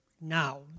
now